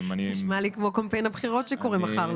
נשמע לי כמו קמפיין הבחירות שקורות מחר.